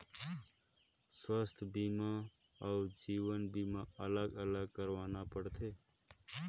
स्वास्थ बीमा अउ जीवन बीमा अलग अलग करवाना पड़थे?